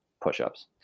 push-ups